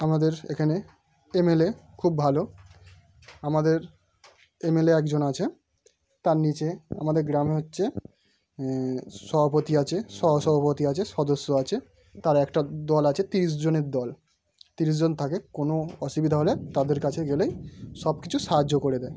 আমাদের এখানে এমএলএ খুব ভালো আমাদের এমএলএ একজন আছে তার নিচে আমাদের গ্রামে হচ্ছে সভাপতি আছে সহ সভাপতি আছে সদস্য আছে তারা একটা দল আছে ত্রিশ জনের দল ত্রিশ জন থাকে কোনো অসুবিধা হলে তাদের কাছে গেলেই সব কিছু সাহায্য করে দেয়